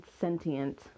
sentient